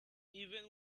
even